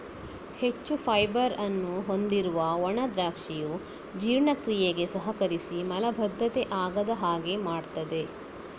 ಹೆಚ್ಚು ಫೈಬರ್ ಅನ್ನು ಹೊಂದಿರುವ ಒಣ ದ್ರಾಕ್ಷಿಯು ಜೀರ್ಣಕ್ರಿಯೆಗೆ ಸಹಕರಿಸಿ ಮಲಬದ್ಧತೆ ಆಗದ ಹಾಗೆ ಮಾಡ್ತದೆ